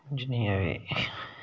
जिन्नियां बी